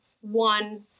one